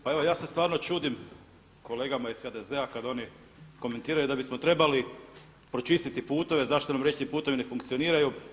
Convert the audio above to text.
Pa evo ja se stvarno čudim kolegama iz HDZ-a kada oni komentiraju da bismo trebali pročistiti putove zašto nam riječni putovi ne funkcioniraju.